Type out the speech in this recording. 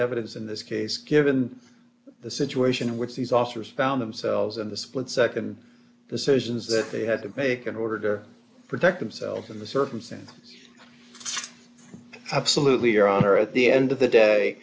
evidence in this case given the situation which these officers found themselves in the split nd decisions that they had to make in order to protect themselves in the circumstance absolutely your honor at the end of the day